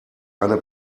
eine